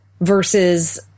versus –